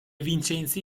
vincenzi